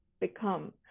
become